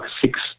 six